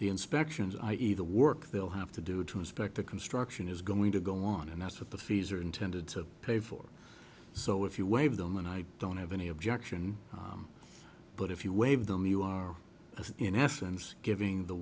the inspections i e the work they'll have to do to inspect the construction is going to go on and that's what the fees are intended to pay for so if you wave them and i don't have any objection but if you wave them you are in essence giving the